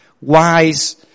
wise